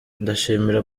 ndashimira